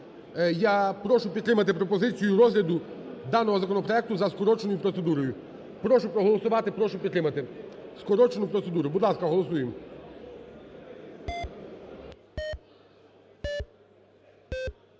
Я прошу підтримати пропозицію розгляду даного законопроекту за скороченою процедурою. Прошу проголосувати, прошу підтримати скорочену процедуру. Будь ласка, голосуємо.